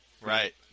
Right